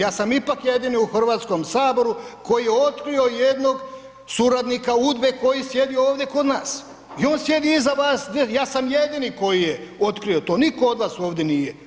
Ja sam ipak jedini u Hrvatskom saboru koji je otkrio jednog suradnika UDBA-e koji sjedi ovdje kod nas i on sjedi iza vas i ja sam jedini koji je otkrio to, niko od vas ovdje nije.